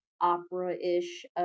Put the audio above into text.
opera-ish